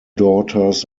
daughters